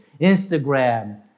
Instagram